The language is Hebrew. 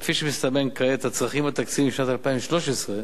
כפי שמסתמן כעת, הצרכים התקציביים לשנת 2013,